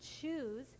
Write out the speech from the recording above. choose